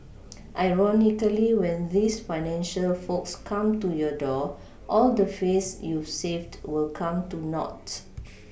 ironically when these financial folks come to your door all the face you've saved will come to naught